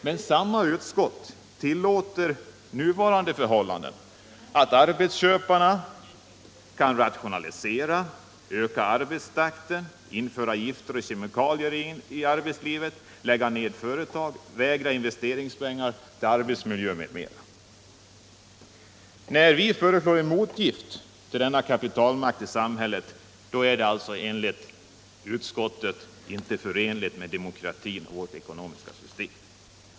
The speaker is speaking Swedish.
Men samma utskott tillåter nuvarande förhållanden: att arbetsköpare kan rationalisera, öka arbetstakten, införa gifter och kemikalier i arbetslivet, lägga ned företag, vägra investeringspengar till arbetsmiljö m.m. När vi föreslår en motvikt till denna kapitalmakt i samhället är det enligt utskottet inte förenligt med vårt demokratiska och ekonomiska system!